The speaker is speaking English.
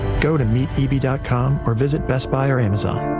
go to meet the dot com or visit best buy or amazon.